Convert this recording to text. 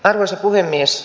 arvoisa puhemies